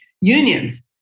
Unions